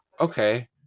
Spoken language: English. Okay